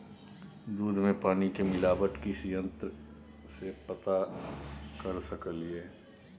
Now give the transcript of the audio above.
दूध में पानी के मिलावट किस यंत्र से पता कर सकलिए?